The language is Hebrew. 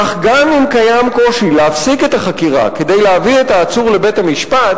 כך גם אם קיים קושי להפסיק את החקירה כדי להביא את העצור לבית-המשפט,